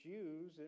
Jews